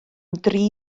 dri